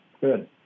good